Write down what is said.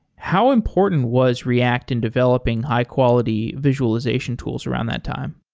how important was react in developing high-quality visualization tools around that time?